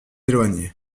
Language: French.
éloigné